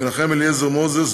מנחם אליעזר מוזס,